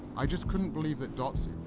i just couldn't believe that dotsie,